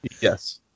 yes